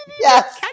yes